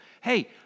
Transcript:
hey